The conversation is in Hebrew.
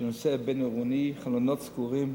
שנוסע עם חלונות סגורים.